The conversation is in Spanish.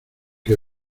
que